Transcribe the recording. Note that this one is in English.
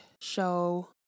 show